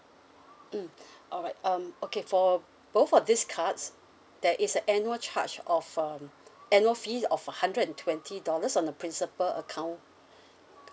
mm alright um okay for both of these cards there is annual charge of um annual fee of a hundred and twenty dollars on a principal account